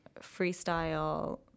freestyle